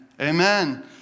Amen